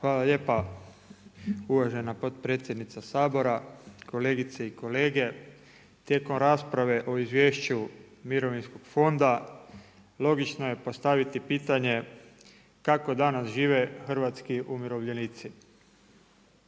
Hvala lijepa uvažena potpredsjednice Sabora. Kolegice i kolege, tijekom rasprave o Izvješću mirovinskog fonda, logično je postaviti pitanje kako danas žive hrvatski umirovljenici.